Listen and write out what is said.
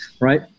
right